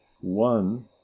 one